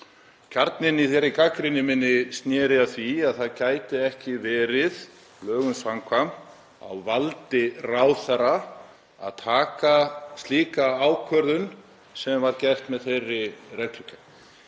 Kjarninn í þeirri gagnrýni minni sneri að því að það gæti ekki verið lögum samkvæmt á valdi ráðherra að taka slíka ákvörðun eins og var gert með þeirri reglugerð.